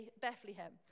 Bethlehem